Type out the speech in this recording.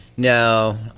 No